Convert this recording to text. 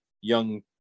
young